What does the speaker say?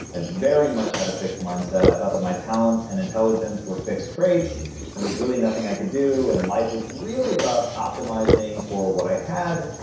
i very much had a fixed mindset. i thought that my talent and intelligence were fixed traits there was really nothing i could do, and life was really about optimizing for what i had,